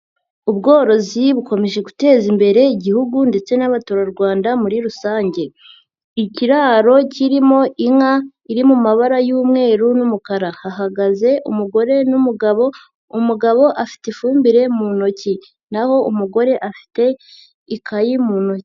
Ubworozi bukomeje guteza imbere igihugu ndetse n'abaturarwanda muri rusange, ikiraro kirimo inka iri mu mabara y'umweru n'umukara, hahagaze umugore n'umugabo, umugabo afite ifumbire mu ntoki n'aho umugore afite ikayi mu ntoki.